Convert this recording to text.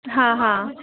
हाँ हाँ